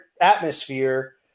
atmosphere